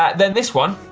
ah then this one,